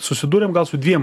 susidūrėm gal su dviem